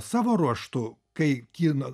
savo ruožtu kai kino